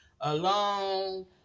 alone